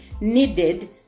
needed